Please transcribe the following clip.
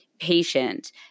patient